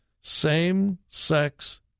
same-sex